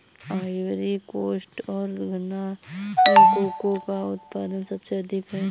Ivory coast और घना में कोको का उत्पादन सबसे अधिक है